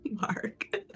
Mark